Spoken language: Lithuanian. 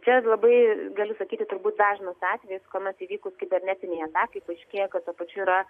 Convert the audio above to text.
čia labai galiu sakyti turbūt dažnas atvejis kuomet įvykus kibernetinei atakai paaiškėja kad tuo pačiu yra